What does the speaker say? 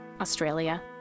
Australia